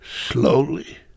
slowly